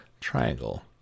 triangle